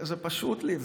זה פשוט לי,